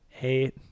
Eight